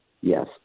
yes